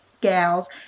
gals